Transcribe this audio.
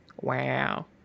Wow